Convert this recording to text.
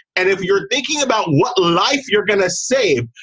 and if you're thinking about what life you're going to say,